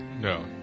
No